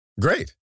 Great